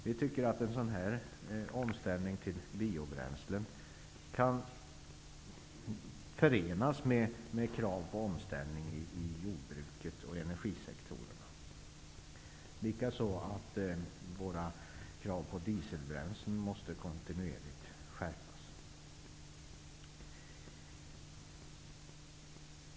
Vi tycker att en sådan här omställning till biobränslen kan förenas med krav på omställning i jordbruket och energisektorn. Våra krav på dieselbränslen måste också skärpas kontinuerligt.